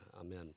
Amen